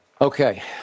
Okay